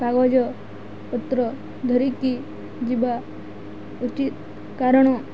କାଗଜପତ୍ର ଧରିକି ଯିବା ଉଚିତ କାରଣ